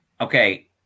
Okay